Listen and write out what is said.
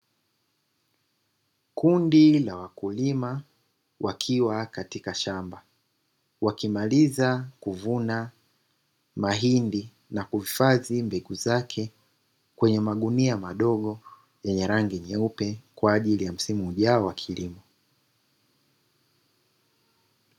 Kundi la wakulima wakiwa katika shamba, wakimaliza kuvuna mahindi na kuhifadhi mbegu zake kwenye magunia madogo yenye rangi nyeupe kwa ajili ya msimu ujao wa kilimo.